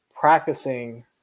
practicing